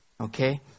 Okay